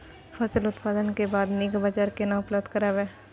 फसल उत्पादन के बाद नीक बाजार केना उपलब्ध कराबै?